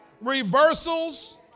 reversals